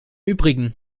übrigen